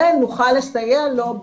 ונוכל לסייע לו,